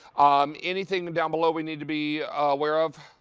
um anything down below we need to be aware of?